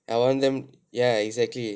I want them ya exactly